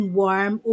warm